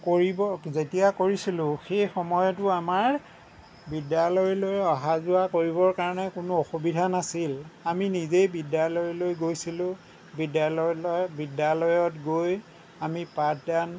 কৰিব যেতিয়া কৰিছিলোঁ সেই সময়তো আমাৰ বিদ্যালয়লৈ অহা যোৱা কৰিবৰ কাৰণে কোনো অসুবিধা নাছিল আমি নিজেই বিদ্যালয়লৈ গৈছিলোঁ বিদ্যালয়লৈ বিদ্যালয়ত গৈ আমি পাঠদান